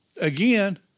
again